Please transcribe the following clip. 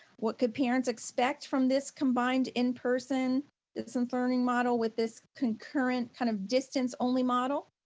what could parents expect from this combined in-person distance learning model with this concurrent kind of distance only model?